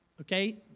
Okay